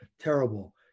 terrible